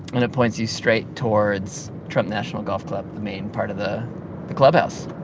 and it points you straight towards trump national golf club, the main part of the the clubhouse